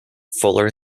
fuller